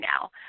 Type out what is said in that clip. now